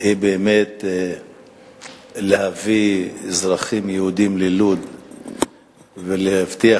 היא להביא אזרחים יהודים ללוד ולהבטיח